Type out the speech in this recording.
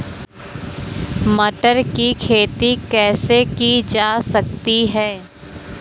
टमाटर की खेती कैसे की जा सकती है?